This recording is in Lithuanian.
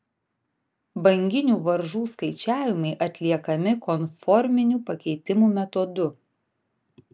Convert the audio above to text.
banginių varžų skaičiavimai atliekami konforminių pakeitimų metodu